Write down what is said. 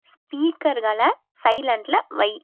ஸ்பீக்கர்களை சைலன்ட்டில் வை